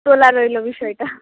তোলা রইল বিষয়টা